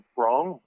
wrong